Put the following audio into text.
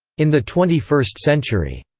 in the twenty first century.